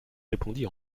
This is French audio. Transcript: répondit